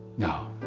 no,